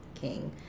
King